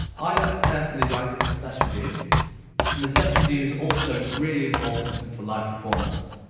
i like to personally write it in the session view and the session view is also really important for live performance.